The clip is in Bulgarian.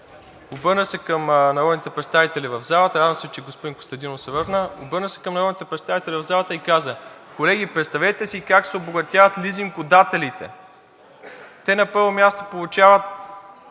обърна се към народните представители в залата и каза: „Колеги, представете си как се обогатяват лизингодателите. Те на първо място получават